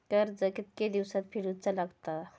कर्ज कितके दिवसात फेडूचा लागता?